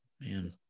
Man